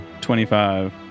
25